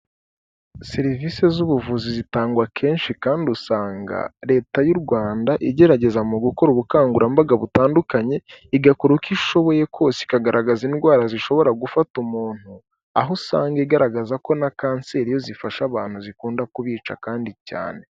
Serivisi z'ubuvuzi zitangwa kenshi kandi usanga leta y'u rwanda igerageza mu gukora ubukangurambaga butandukanye igakora uko ishoboye kose ikagaragaza indwara zishobora gufata umuntu, aho usanga igaragaza ko na kanseri iyo zifasha abantu zikunda kubica kandi cyane.